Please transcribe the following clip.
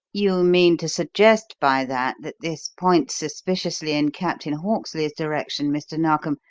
you mean to suggest by that that this points suspiciously in captain hawksley's direction, mr. narkom,